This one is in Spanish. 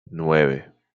nueve